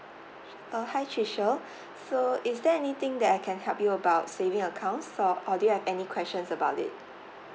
oh hi tricia so is there anything that I can help you about saving account for or do you have any questions about it